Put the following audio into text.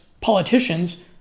politicians